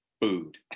food